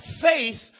faith